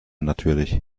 natürlich